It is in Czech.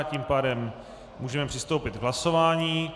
Tím pádem můžeme přistoupit k hlasování.